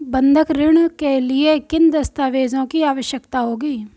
बंधक ऋण के लिए किन दस्तावेज़ों की आवश्यकता होगी?